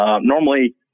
normally